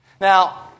Now